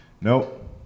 Nope